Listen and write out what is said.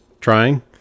trying